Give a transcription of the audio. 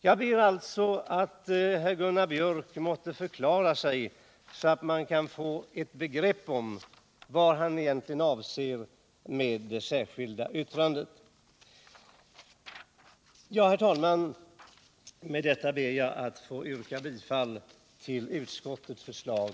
Jag ber att herr Gunnar Biörck måtte förklara sig, så att man kan få ett begrepp om vad han egentligen avser med det särskilda yttrandet. Herr talman! Med detta ber jag att få yrka bifall till utskottets förslag.